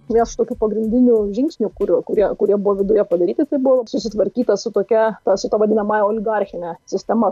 nes tokių pagrindinių žingsnių kurių kurie kurie buvo viduje padaryti tai buvo susitvarkyta su tokia e su ta vadinamąja oligarchine sistema